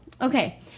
Okay